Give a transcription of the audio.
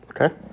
Okay